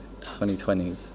2020s